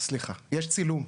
יש צילום.